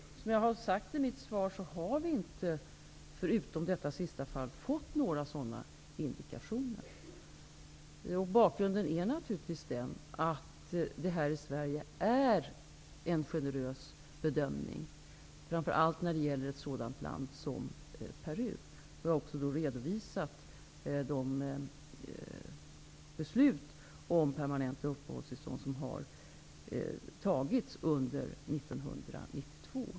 Som jag sagt i mitt svar har vi inte förutom detta sista fall fått några sådana indikationer. Bakgrunden är naturligtvis att det här i Sverige görs en generös bedömning, framför allt när det gäller ett sådant land som Peru. Jag har också redovisat de beslut om permanenta uppehållstillstånd som har fattats under 1992.